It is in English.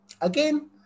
again